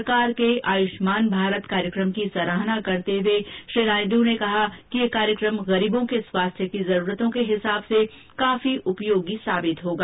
सरकार के आयुष्मान भारत कार्यक्रम की सराहना करते हुए श्री नायडू ने कहा कि यह कार्यक्रम गरीबों के स्वास्थ्य की जरूरतों के हिसाब से बहुत ही उपयोगी साबित होगा